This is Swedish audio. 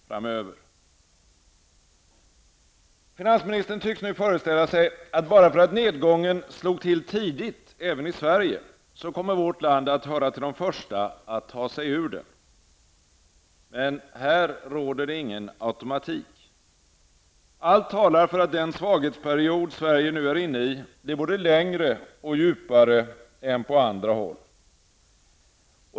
Finansministern tycks föreställa sig att bara för att nedgången slog till tidigt även i Sverige, så kommer vårt land att höra till de första att ta sig ur den. Men här finns ingen automatik. Allt talar för att den svaghetsperiod Sverige nu är inne i blir både längre och djupare än på andra håll.